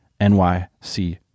NYC